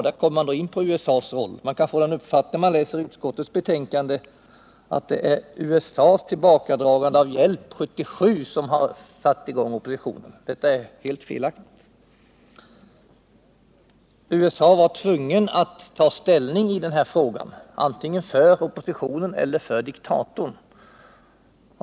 När man läser utskottets betänkande kan man få den uppfattningen att det var USA:s tillbakadragande av hjälp 1977 som satte i gång oppositionen. Det är helt felaktigt. USA var tvunget att ta ställning i den här frågan — antingen för oppositionen eller för diktatorn.